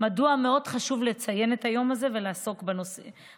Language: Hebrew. מדוע מאוד חשוב לציין את היום הזה ולעסוק בנושא.